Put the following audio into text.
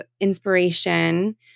inspiration